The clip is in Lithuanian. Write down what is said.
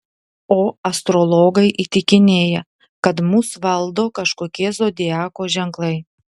o astrologai įtikinėja kad mus valdo kažkokie zodiako ženklai